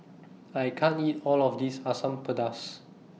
I can't eat All of This Asam Pedas